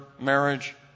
marriage